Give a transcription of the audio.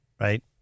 Right